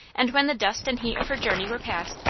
and when the dust and heat of her journey were past,